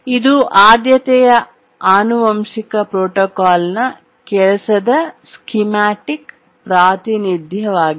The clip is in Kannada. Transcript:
ಇದು ಆದ್ಯತೆಯ ಆನುವಂಶಿಕ ಪ್ರೋಟೋಕಾಲ್ನ ಕೆಲಸದ ಸ್ಕೀಮ್ಯಾಟಿಕ್ ಪ್ರಾತಿನಿಧ್ಯವಾಗಿದೆ